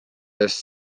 eest